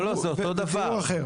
אבל תיאור אחר.